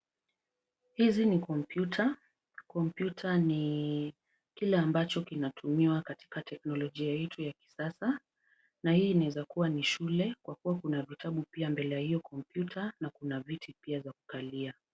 Hizi ni kompyuta, kompyuta ni kile ambacho kinatumiwa katika teknolojia yetu ya kisasa. Na hii inaweza kuwa ni shule kwa kuwa kuna vitabu pia mbele ya hiyo kompyuta na kuna viti pia za kukalia.